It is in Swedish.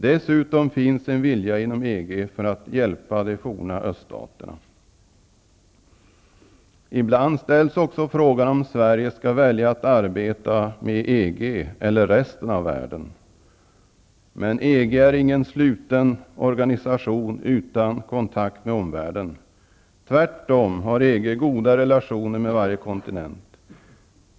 Dessutom finns en vilja inom EG att hjälpa de forna öststaterna. Ibland ställs också frågan om Sverige skall välja att arbeta med EG eller resten av världen. Men EG är ingen sluten organisation utan kontakt med omvärlden. Tvärtom har EG goda relationer med varje kontinent.